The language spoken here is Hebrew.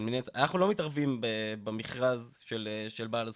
אנחנו לא מתערבים במכרז של בעל הזכויות.